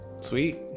sweet